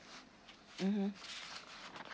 mmhmm